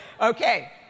okay